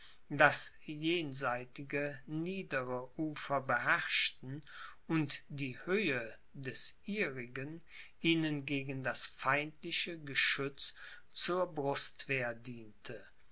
das jenseitige niedere ufer beherrschten und die höhe des ihrigen ihnen gegen das feindliche geschütz zur brustwehr diente